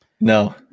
No